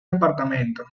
departamento